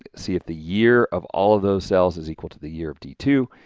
ah see if the year of all of those cells is equal to the year of d two.